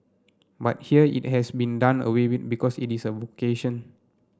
but here it has been done away with because it is a vocation